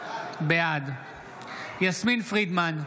בעד יסמין פרידמן,